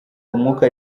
umwuka